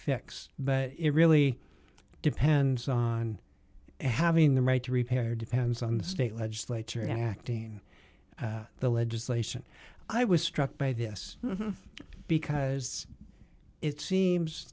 fixed but it really depends on having the right to repair depends on the state legislature acting the legislation i was struck by this because it seems